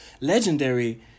legendary